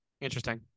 Interesting